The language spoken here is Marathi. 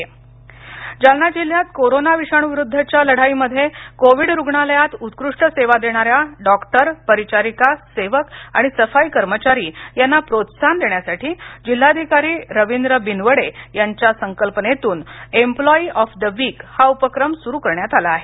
पुरस्कार जालना जालना जिल्ह्यात कोरोना विषाणूविरुद्धच्या लढाईमध्ये कोवीड रुग्णालयात उत्कृष्ट सेवा देणाऱ्या डॉक्टर परिचारिका सेवक आणि सफाई कर्मचारी यांना प्रोत्साहन देण्यासाठी जिल्हाधिकारी रवींद्र बिनवडे यांच्या संकल्पनेतून एम्प्लॉई ऑफ द वीक हा उपक्रम सुरु करण्यात आला आहे